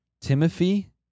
Timothy